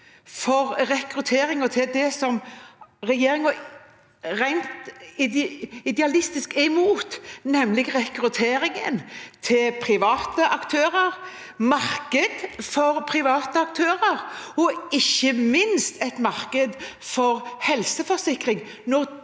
for rekrutteringen til det som regjeringen rent idealistisk er imot, nemlig rekrutteringen til private aktører, marked for private aktører og ikke minst et marked for helseforsikring,